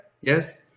Yes